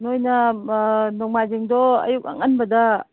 ꯅꯣꯏꯅ ꯑꯥ ꯅꯣꯡꯃꯥꯏꯖꯤꯡꯗꯣ ꯑꯌꯨꯛ ꯑꯉꯟꯕꯗ